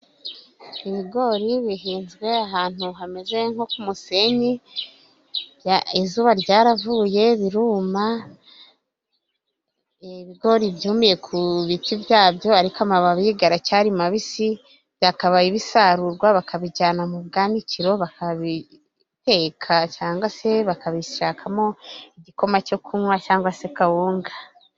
Ibigori bihinzwe ahantu hameze nko k'umusenyi, izuba ryaravuye biruma ibigori byumiye ku biti byabyo ariko amababi garacari mabisi byakabaye bisarurwa bakabijyana mu bwanikiro, bakabiteka cyangwa se bakabishakamo igikoma cyo kunywa cyangwa se kawunga.